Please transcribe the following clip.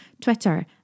Twitter